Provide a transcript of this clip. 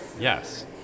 yes